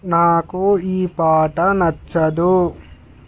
నాకు ఈ పాట నచ్చదు